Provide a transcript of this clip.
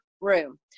room